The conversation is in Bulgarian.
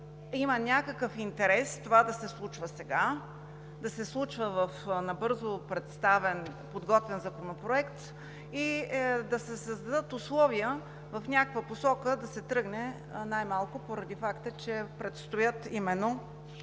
има някакъв интерес това да се случва сега, да се случва в набързо подготвен законопроект и да се създадат условия да се тръгне в някаква посока, най-малко поради факта, че предстоят именно